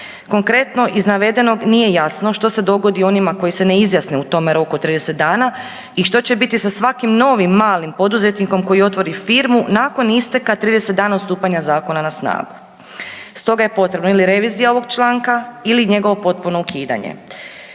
Konkretno iz navedenog nije jasno što se dogodi onima koji se ne izjasne u tome roku od 30 dana i što će biti sa svakim novim malim poduzetnikom koji otvori firmu nakon isteka 30 dana od stupanja zakona na snagu. Stoga je potrebno ili revizija ovog članka ili njegovo potpuno ukidanje.